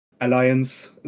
Alliance